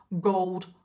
gold